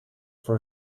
for